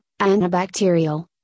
antibacterial